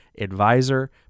advisor